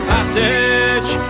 Passage